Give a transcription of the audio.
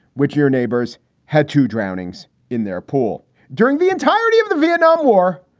which your neighbors had two drownings in their pool during the entirety of the vietnam war.